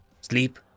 sleep